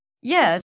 Yes